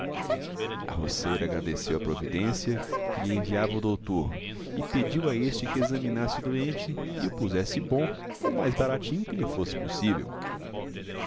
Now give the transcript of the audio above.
a roceira agradeceu a providência que lhe enviava o doutor e pediu a este que examinasse o doente e o pusesse bom o mais baratinho que lhe fosse possível